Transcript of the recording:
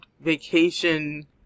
Vacation